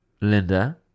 Linda